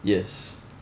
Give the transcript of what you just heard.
yes